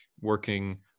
working